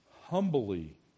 humbly